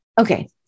Okay